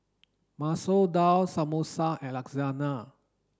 Masoor Dal Samosa and Lasagna